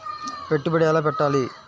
పెట్టుబడి ఎలా పెట్టాలి?